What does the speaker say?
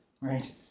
right